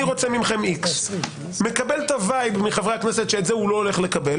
אני רוצה מכם X. מקבל את הוויב מחברי הכנסת שאת זה הוא לא הולך לקבל,